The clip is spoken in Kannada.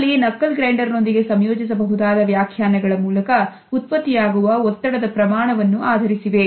ಅಲ್ಲಿ ನಕ್ಕಲ್ ಗ್ರೈಂಡರ್ ನೊಂದಿಗೆ ಸಂಯೋಜಿಸಬಹುದಾದ ವ್ಯಾಖ್ಯಾನಗಳು ಮೂಲಕ ಉತ್ಪತ್ತಿಯಾಗುವ ಒತ್ತಡದ ಪ್ರಮಾಣವನ್ನು ಆಧರಿಸಿವೆ